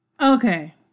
Okay